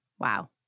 Wow